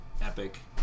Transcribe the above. Epic